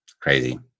Crazy